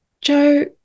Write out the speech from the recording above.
Joe